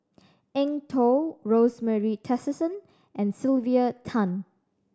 Eng Tow Rosemary Tessensohn and Sylvia Tan